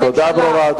הנקודה ברורה,